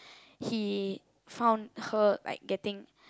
he found her like getting